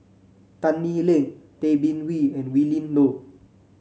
Tan Lee Leng Tay Bin Wee and Willin Low